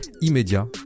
immédiat